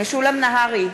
משולם נהרי,